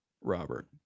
Robert